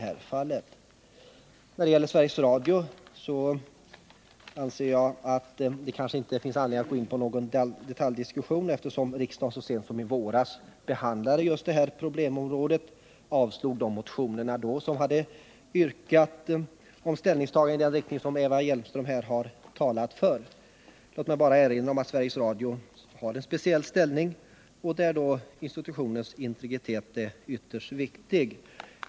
När det gäller Sveriges Radio anser jag att det kanske inte finns anledning att gå in på någon detaljdiskussion, eftersom riksdagen så sent som i våras behandlade just det här problemområdet och avslog de motioner där det yrkades på ställningstaganden av det slag som Eva Hjelmström här har talat för. Låt mig bara erinra om att Sveriges Radio har en speciell ställning, där institutionens integritet är ytterst viktig.